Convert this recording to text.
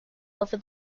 over